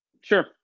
Sure